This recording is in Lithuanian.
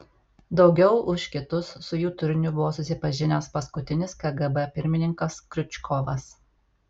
daugiau už kitus su jų turiniu buvo susipažinęs paskutinis kgb pirmininkas kriučkovas